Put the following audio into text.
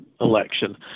election